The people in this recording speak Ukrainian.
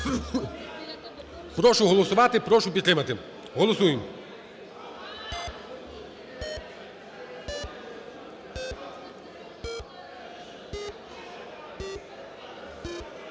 Прошу голосувати. Прошу підтримати. Голосуємо.